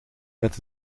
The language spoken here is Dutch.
met